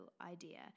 idea